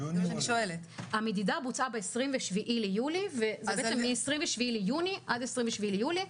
המדידה בוצעה ב-27 ביולי וזה בעצם מ-27 ביוני עד 27 ביולי,